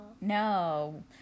No